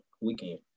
weekend